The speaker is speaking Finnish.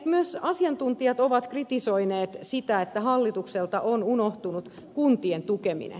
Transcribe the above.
myös asiantuntijat ovat kritisoineet sitä että hallitukselta on unohtunut kuntien tukeminen